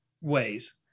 ways